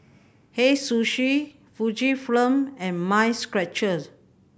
Hei Sushi Fujifilm and Mind Stretchers